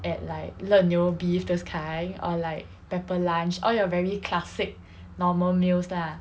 at like LeNu beef those kind or like pepper lunch all your very classic normal meals lah